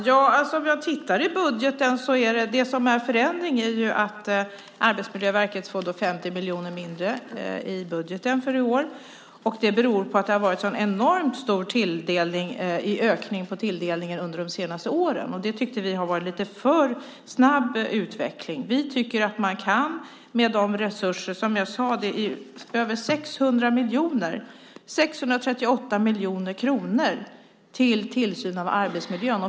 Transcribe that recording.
Herr talman! Det som är en förändring är att Arbetsmiljöverket får 50 miljoner mindre i budgeten för i år. Det beror på att det har varit en så enormt stor ökning av tilldelningen de senaste åren. Vi tycker att det har varit en lite för snabb utveckling. Som jag sade är det 638 miljoner kronor till tillsyn av arbetsmiljön.